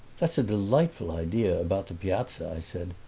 that's a delightful idea about the piazza, i said.